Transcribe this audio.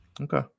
Okay